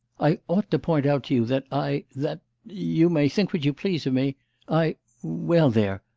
i ought to point out to you that i that you may think what you please of me i well there!